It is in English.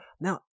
now